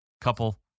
Couple